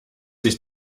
sich